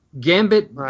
gambit